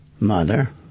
Mother